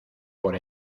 por